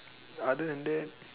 other than that